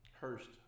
Hurst